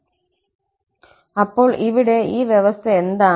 അപ്പോൾ ഇവിടെ ഈ വ്യവസ്ഥ എന്താണ്